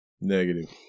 Negative